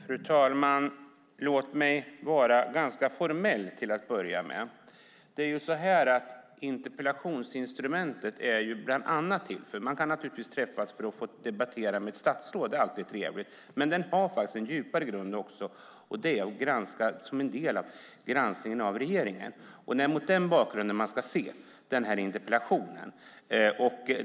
Fru talman! Låt mig vara ganska formell till att börja med. Man kan naturligtvis träffas för att få debattera med ett statsråd; det är alltid trevligt. Men interpellationsinstrumentet har en djupare grund, nämligen att vara en del av granskningen av regeringen. Det är mot den bakgrunden man ska se den här interpellationen.